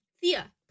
Thea